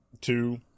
Two